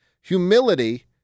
Humility